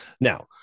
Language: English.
now